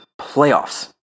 playoffs